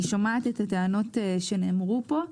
אני שומעת את הטענות שנאמרו פה.